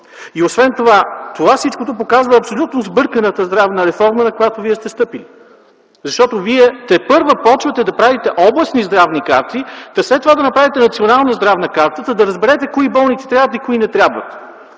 Освен това, всичко показва абсолютно сбърканата здравна реформа, на която вие сте стъпили. Защото вие тепърва започвате да правите областни здравни карти, та след това да направите Национална здравна карта, за да разберете кои болници трябват и кои не трябват.